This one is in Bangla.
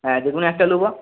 হ্যাঁ যেকোনও একটা নেবো